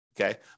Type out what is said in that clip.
Okay